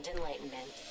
Enlightenment